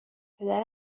پدر